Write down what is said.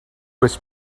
was